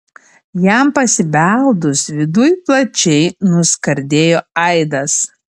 jam pasibeldus viduj plačiai nuskardėjo aidas